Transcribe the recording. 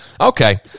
Okay